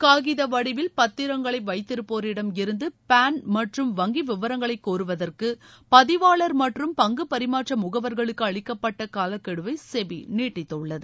காகித வடிவில் பத்திரங்களை வைத்திருப்போரிடமிருந்து பேன் மற்றும் வங்கி விவரங்களை கோருவதற்கு பதிவாளர் மற்றும் பங்கு பரிமாற்ற முகவர்களுக்கு அளிக்கப்பட்ட காலக்கெடுவை சுபி நீட்டித்துள்ளது